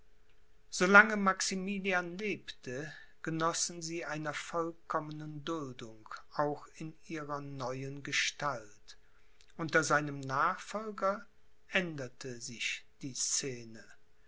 maximilian lebte genossen sie einer vollkommenen duldung auch in ihrer neuen gestalt unter seinem nachfolger änderte sich die scene